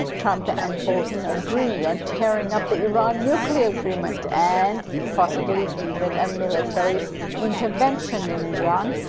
trump and bolton agree on tearing up the iran nuclear agreement, and possibly even a military intervention in iran.